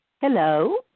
Hello